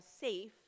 safe